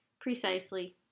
Precisely